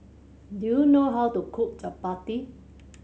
do you know how to cook chappati